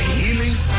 healings